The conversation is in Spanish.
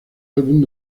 álbum